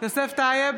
יוסף טייב,